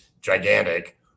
gigantic